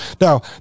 Now